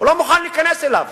הוא לא מוכן להיכנס אליו